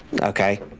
Okay